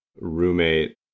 roommate